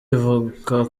ivuka